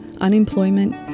unemployment